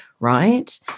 right